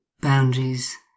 boundaries